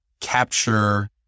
capture